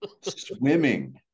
swimming